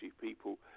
people